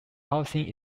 housing